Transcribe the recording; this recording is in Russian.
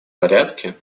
порядке